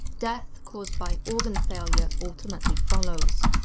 death caused by organ failure ultimately follows.